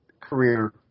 career